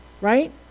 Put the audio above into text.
right